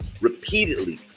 repeatedly